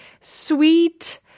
sweet